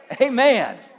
Amen